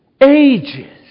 ages